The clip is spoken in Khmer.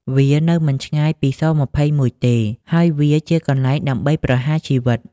វានៅមិនឆ្ងាយពី ស-២១ ទេ ហើយវាជាកន្លែងដើម្បីប្រហារជីវិត។